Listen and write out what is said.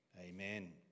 Amen